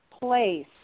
place